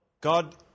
God